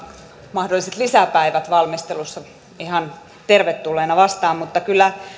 mahdolliset lisäpäivät valmistelussa ihan tervetulleina vastaan mutta kyllä